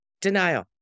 Denial